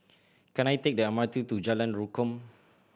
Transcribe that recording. can I take the M R T to Jalan Rukam